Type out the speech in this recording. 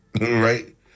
right